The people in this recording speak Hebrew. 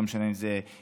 לא משנה אם זה אישה,